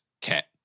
Cat